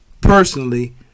personally